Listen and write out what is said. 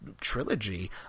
trilogy